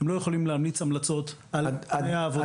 הם לא יכולים להמליץ על תנאי העבודה.